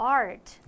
art